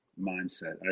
mindset